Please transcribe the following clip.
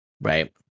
Right